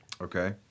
Okay